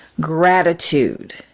gratitude